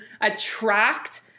attract